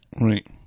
Right